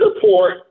support